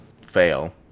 fail